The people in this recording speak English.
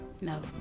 No